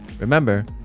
Remember